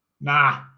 Nah